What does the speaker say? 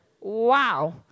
wow